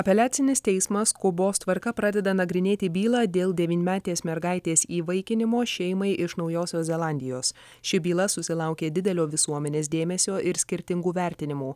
apeliacinis teismas skubos tvarka pradeda nagrinėti bylą dėl devynmetės mergaitės įvaikinimo šeimai iš naujosios zelandijos ši byla susilaukė didelio visuomenės dėmesio ir skirtingų vertinimų